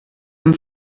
amb